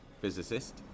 physicist